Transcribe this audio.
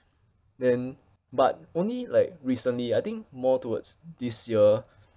then but only like recently I think more towards this year